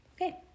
Okay